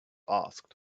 asked